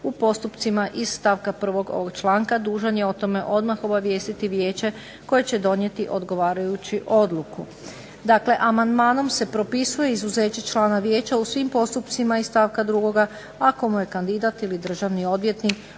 u postupcima iz stavka 1. ovog članka dužan je o tome odmah obavijestiti vijeće koje će donijeti odgovarajuću odluku. Dakle, amandmanom se propisuje izuzeće člana vijeća u svim postupcima iz stavka 2. ako mu je kandidat ili državni odvjetnik